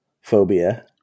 phobia